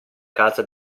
casa